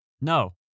No